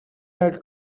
had